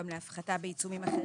גם להפחתה בעיצומים אחרים,